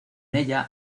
ella